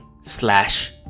slash